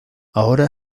ahora